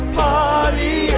party